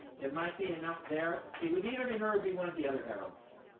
there might be enough there. it would either be her or be one of the other heralds,